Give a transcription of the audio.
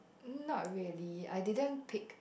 not really I didn't pick